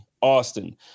Austin